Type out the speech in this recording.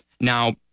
now